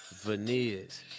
Veneers